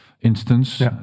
instance